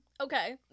Okay